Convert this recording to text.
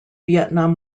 vietnam